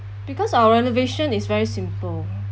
because our renovation is very simple